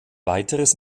weiteres